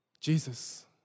Jesus